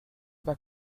pas